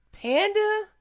Panda